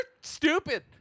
stupid